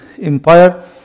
Empire